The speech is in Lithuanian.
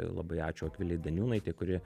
labai ačiū akvilei daniūnaitei kuri